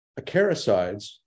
Acaricides